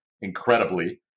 incredibly